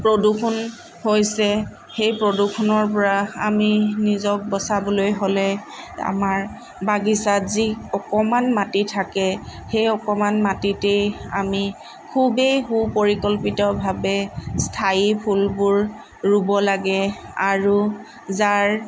প্ৰদূষণ হৈছে সেই প্ৰদূষণৰ পৰা আমি নিজক বচাবলৈ হ'লে আমাৰ বাগিচাত যি অকমান মাটি থাকে সেই অকণমান মাটিতেই আমি খুবেই সু পৰিকল্পিতভাৱে স্থায়ী ফুলবোৰ ৰুব লাগে আৰু যাৰ